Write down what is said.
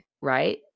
Right